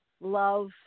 love